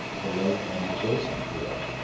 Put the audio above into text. to lay an adjacent field,